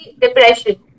depression